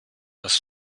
dass